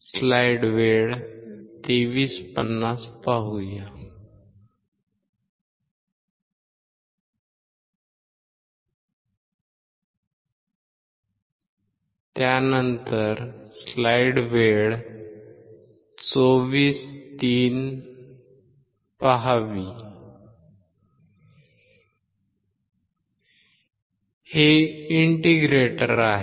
हे इंटिग्रेटर आहे